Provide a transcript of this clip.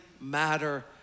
matter